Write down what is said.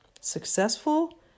successful